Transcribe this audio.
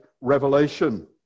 revelation